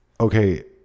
Okay